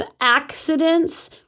accidents